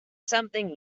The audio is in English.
something